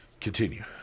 Continue